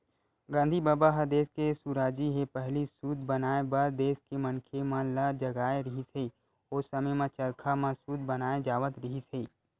गांधी बबा ह देस के सुराजी के पहिली सूत बनाए बर देस के मनखे मन ल जगाए रिहिस हे, ओ समे म चरखा म सूत बनाए जावत रिहिस हे